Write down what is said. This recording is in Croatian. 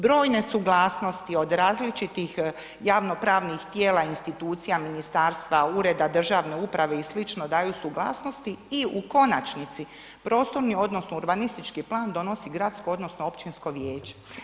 Brojne suglasnosti od javnopravnih tijela, institucija, ministarstva, ureda državne uprave i sl. daju suglasnosti i u konačnici, prostorni odnosno urbanistički plan donosi gradsko odnosno općinsko vijeće.